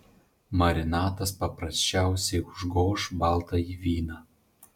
marinatas paprasčiausiai užgoš baltąjį vyną